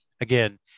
again